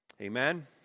Amen